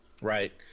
Right